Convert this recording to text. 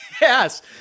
yes